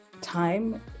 time